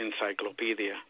encyclopedia